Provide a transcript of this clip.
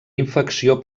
infecció